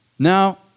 Now